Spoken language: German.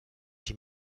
die